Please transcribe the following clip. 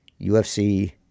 UFC